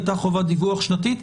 אז הייתה חובת דיווח שנתית.